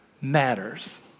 matters